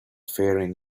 faring